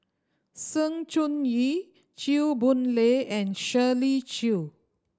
Sng Choon Yee Chew Boon Lay and Shirley Chew